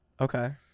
Okay